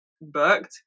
booked